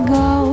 go